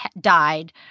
died